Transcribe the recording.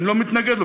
אני לא מתנגד לו.